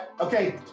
Okay